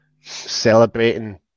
celebrating